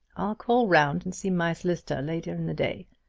i'll call round and see my solicitor later in the day.